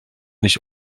nicht